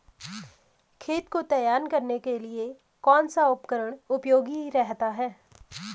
खेत को तैयार करने के लिए कौन सा उपकरण उपयोगी रहता है?